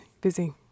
busy